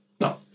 No